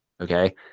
Okay